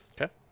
okay